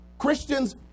Christians